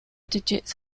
digits